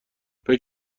فکر